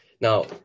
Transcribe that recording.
Now